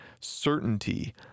certainty